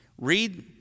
Read